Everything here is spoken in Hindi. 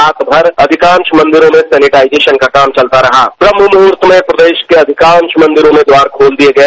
रात भर अधिकांश मंदिरों में सैनिटाइजेशन का काम चलता रहा ब्रह्म मुहूर्त में प्रदेश के अधिकांश मंदिरों में द्वार खोल दिए गए